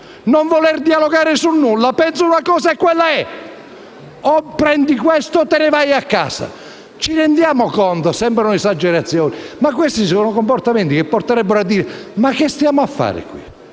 non voler dialogare su nulla. Penso una cosa e quella è. O prendi questo o te ne vai a casa. Ci rendiamo conto? Sembra un'esagerazione, ma questi comportamenti portano a dire: ma che stiamo a fare qua?